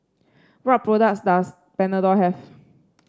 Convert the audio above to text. what products does Panadol have